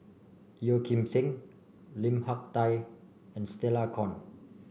Yeo Kim Seng Lim Hak Tai and Stella Kon